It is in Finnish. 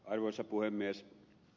arvoisa puhemies